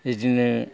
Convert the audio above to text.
बिदिनो